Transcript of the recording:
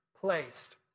placed